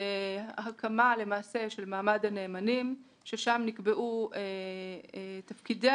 הקמה של מעמד הנאמנים ששם נקבעו תפקידי